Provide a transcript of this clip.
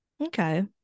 Okay